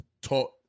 taught